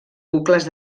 bucles